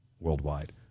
worldwide